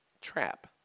trap